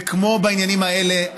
וכמו בעניינים האלה,